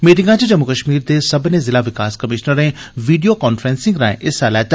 मीटिंगै च जम्मू कश्मीर दे सब्बने जिला विकास कमीशनरें वीडियो कांफ्रेंसिंग राएं हिस्सा लैता